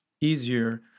easier